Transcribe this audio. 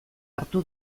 hartu